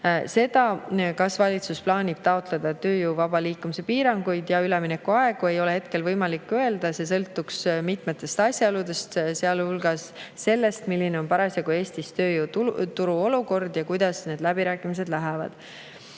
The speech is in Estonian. Seda, kas valitsus plaanib taotleda tööjõu vaba liikumise piiranguid ja üleminekuaegu, ei ole hetkel võimalik öelda. See sõltuks mitmetest asjaoludest, sealhulgas sellest, milline on parasjagu Eestis tööjõuturu olukord ja kuidas need läbirääkimised lähevad.